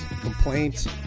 complaints